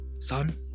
Son